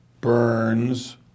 Burns